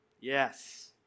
Yes